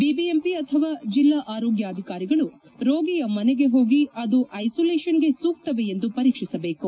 BBMP ಅಥವಾ ಜೆಲ್ಲಾ ಆರೋಗ್ಲಾಧಿಕಾರಿಗಳು ರೋಗಿಯ ಮನೆಗೆ ಹೋಗಿ ಅದು ಐಸೋಲೇಶನ್ ಗೆ ಸೂಕ್ತವೇ ಎಂದು ಪರೀಕ್ಷಿಸಬೇಕು